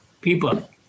people